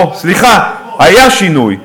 אוה, סליחה, היה שינוי.